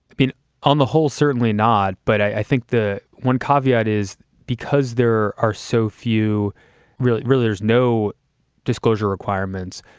on the whole, certainly not. but i think the one caveat is because there are so few really, really there's no disclosure requirements.